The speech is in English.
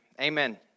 Amen